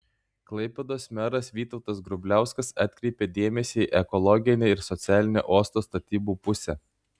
klaipėdos meras vytautas grubliauskas atkreipė dėmesį į ekologinę ir socialinę uosto statybų pusę